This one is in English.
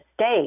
state